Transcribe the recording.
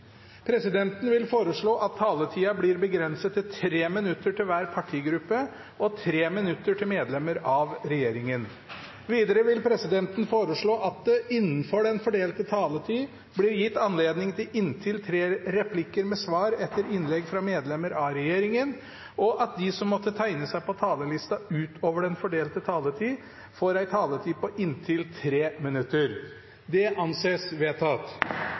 Presidenten vil foreslå at taletiden blir begrenset til 3 minutter til hver partigruppe og 3 minutter til medlemmer av regjeringen. Videre vil presidenten foreslå at det innenfor den fordelte taletid blir gitt anledning til inntil tre replikker med svar etter innlegg fra medlemmer av regjeringen, og at de som måtte tegne seg på talerlisten utover den fordelte taletid, får en taletid på inntil 3 minutter. – Det anses vedtatt.